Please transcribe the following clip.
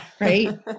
right